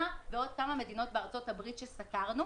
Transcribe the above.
ועוד כמה מדינות בארצות הברית שסקרנו,